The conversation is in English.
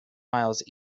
miles